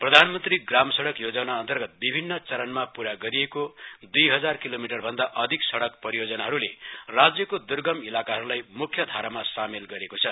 प्रधानमन्त्री ग्राम सड़क योजना अर्न्तगत विभिन्न चरणमा पूरा गरिएको दुइ हजार किलोमिटर भन्दा अधिक सड़क परियोजनाहरूले राज्यको र्द्र्गम इलाकाहरूलाई मुख्यधारामा सामेल गरिएको छ